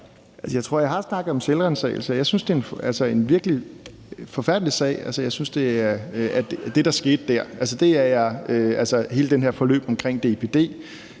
Jeg tror, jeg har snakket om selvransagelse, og jeg synes virkelig, det er en forfærdelig sag med det, der skete der, altså hele det her forløb omkring DIPD.